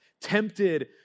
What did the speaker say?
tempted